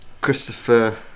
Christopher